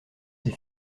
ces